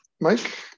mike